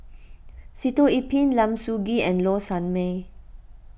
Sitoh Yih Pin Lim Soo Ngee and Low Sanmay